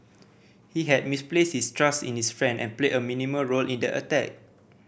he had misplaced his trust in his friend and played a minimal role in the attack